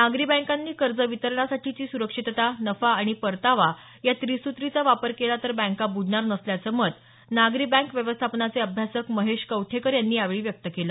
नागरी बँकानी कर्ज वितरणासाठीची सुरक्षितता नफा आणि परतावा या त्रिसुत्रीचा वापर केला तर बँका बुडणार नसल्याचं मत नागरी बँक व्यवस्थापनाचे अभ्यासक महेश कवठेकर यांनी यावेळी व्यक्त केलं